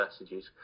messages